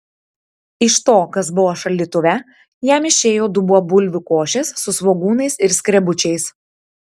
iš to kas buvo šaldytuve jam išėjo dubuo bulvių košės su svogūnais ir skrebučiais